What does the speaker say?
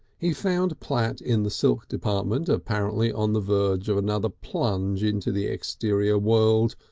he found platt in the silk department, apparently on the verge of another plunge into the exterior world.